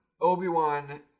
Obi-Wan